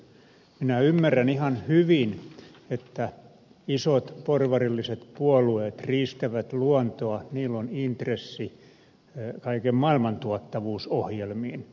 minä ymmärrän ihan hyvin että isot porvarilliset puolueet riistävät luontoa niillä on intressi kaiken maailman tuottavuusohjelmiin